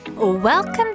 Welcome